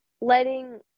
letting